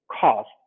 cost